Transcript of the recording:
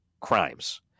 crimes